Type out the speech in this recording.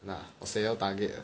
ya 我谁都 target 的